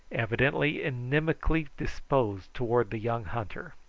evidently inimically disposed towards the young hunter.